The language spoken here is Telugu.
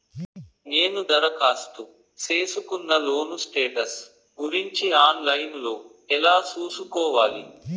నేను దరఖాస్తు సేసుకున్న లోను స్టేటస్ గురించి ఆన్ లైను లో ఎలా సూసుకోవాలి?